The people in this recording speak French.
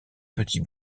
petit